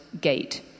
gate